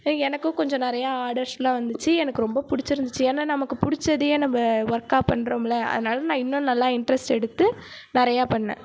எனக்கு கொஞ்சம் நிறைய ஆடர்ஸ்லாம் வந்துச்சு எனக்கு ரொம்ப பிடிச்சிருந்துச்சு ஏனால் நமக்கு பிடிச்சதையே வந்து நம்ப ஒர்க்காக பண்றோம்லை அதனாலே நான் இன்னும் நல்லா இன்ட்ரஸ்ட் எடுத்து நிறைய பண்ணிணேன்